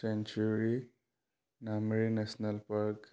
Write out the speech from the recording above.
sanctuary Nameri national park